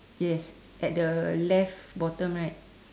yes at the left bottom right